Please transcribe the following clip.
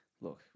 Look